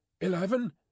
Eleven